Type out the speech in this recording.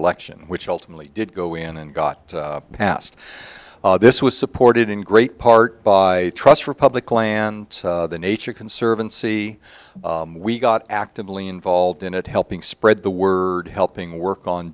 election which ultimately did go in and got passed this was supported in great part by trust for public land the nature conservancy we got actively involved in it helping spread the word helping